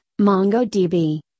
MongoDB